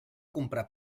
comprar